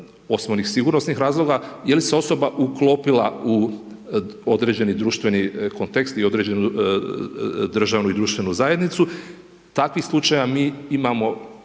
osim onih sigurnosnih razloga, je li se osoba uklopila u određeni društveni kontekst i određenu društvenu zajednicu, takvih slučajeva imamo